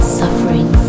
suffering